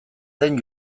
den